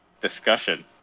discussion